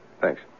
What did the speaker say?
Thanks